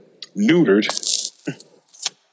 neutered